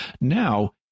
Now